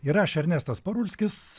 ir aš ernestas parulskis